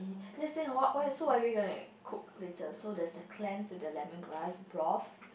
let's say why why so are we are going to cook later so there's a clamp to the lemongrass broth